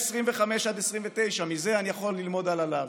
25 עד 29. מזה אני יכול ללמוד על הלאו.